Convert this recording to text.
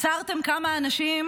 עצרתם כמה אנשים